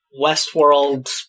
Westworld